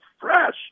fresh